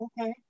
Okay